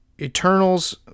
eternals